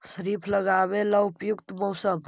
खरिफ लगाबे ला उपयुकत मौसम?